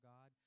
God